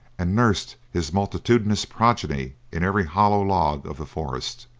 and nursed his multitudinous progeny in every hollow log of the forest.